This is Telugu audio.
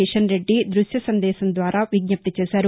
కిషన్రెడ్డి దృశ్య సందేశం ద్వారా విజ్ఞప్తి చేశారు